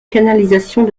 canalisations